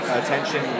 attention